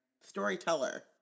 storyteller